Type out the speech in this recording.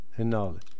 knowledge